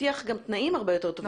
תבטיח גם תנאים הרבה יותר טובים.